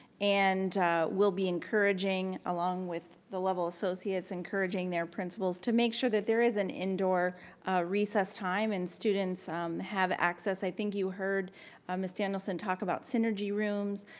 and we'll be encouraging along with the level associates encouraging their principals to make sure that there is an indoor recess time and students have access. i think you heard miss danielson talk about synergy rooms.